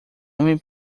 homem